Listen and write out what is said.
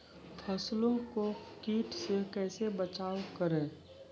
फसलों को कीट से कैसे बचाव करें?